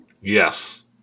Yes